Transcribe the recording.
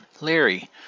Larry